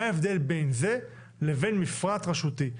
מה ההבדל בין זה לבין מפרט רשותי?